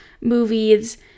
movies